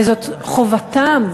וזאת חובתם,